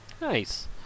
Nice